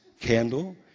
candle